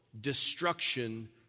destruction